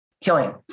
killing